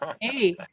Hey